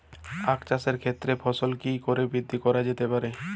আক চাষের ক্ষেত্রে ফলন কি করে বৃদ্ধি করা যেতে পারে?